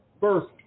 First